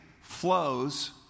flows